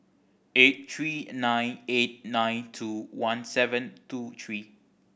eight three nine eight nine two one seven two three